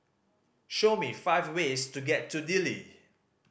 show me five ways to get to Dili